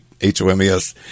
H-O-M-E-S